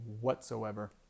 whatsoever